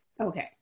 okay